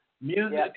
Music